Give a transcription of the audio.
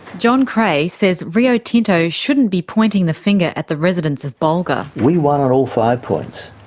john krey says rio tinto shouldn't be pointing the finger at the residents of bulga. we won on all five points,